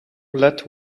let